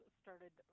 started